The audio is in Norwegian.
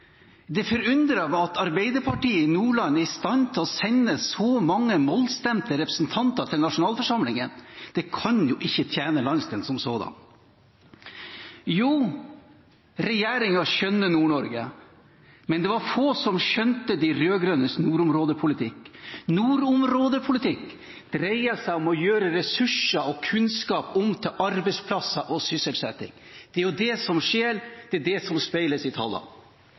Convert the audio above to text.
Det forundrer meg at Arbeiderpartiet i Nordland er i stand til å sende så mange mollstemte representanter til nasjonalforsamlingen. Det kan ikke tjene landsdelen som sådan. Regjeringen skjønner Nord-Norge, men det var få som skjønte de rød-grønnes nordområdepolitikk. Nordområdepolitikk dreier seg om å gjøre ressurser og kunnskap om til arbeidsplasser og sysselsetting. Det er det som skjer, det er det som speiles i